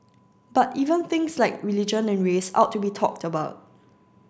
but even things like religion and race ought to be talked about